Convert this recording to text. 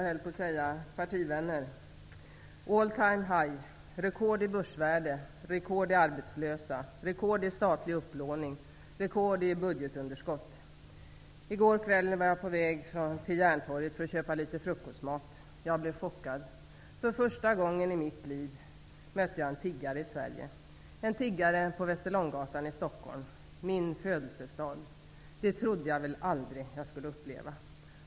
Herr talman! Jag höll på att säga partivänner. I går kväll var jag på väg till Järntorget för att köpa litet frukostmat. Jag blev chockad. För första gången i mitt liv mötte jag en tiggare i Sverige, en tiggare på Västerlånggatan i Stockholm -- min födelsestad. Det trodde jag väl aldrig att jag skulle uppleva.